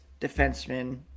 defenseman